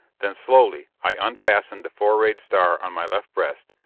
then, slowly, i unfastened the four-rayed star on my left breast,